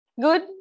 good